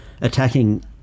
attacking